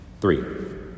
Three